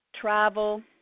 travel